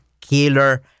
killer